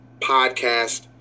podcast